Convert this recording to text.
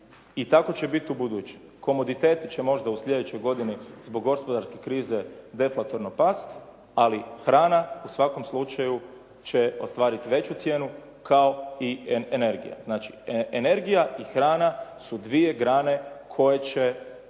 i tako će biti ubuduće. Komoteti će možda u sljedećoj godini zbog gospodarske krize defatorno past, ali hrana u svakom slučaju će ostvariti veću cijenu kao i energija. Znači energija i hrana su dvije grane koje će